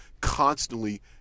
constantly